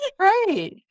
Right